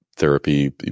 therapy